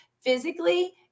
physically